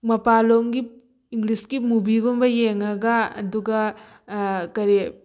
ꯃꯄꯥꯜꯂꯣꯝꯒꯤ ꯏꯪꯂꯤꯁꯀꯤ ꯃꯨꯚꯤꯒꯨꯝꯕ ꯌꯦꯡꯉꯒ ꯑꯗꯨꯒ ꯀꯔꯤ